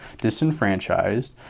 disenfranchised